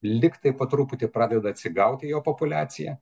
lygtai po truputį pradeda atsigauti jo populiacija